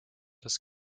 das